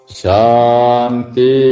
Shanti